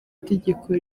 tegeko